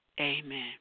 Amen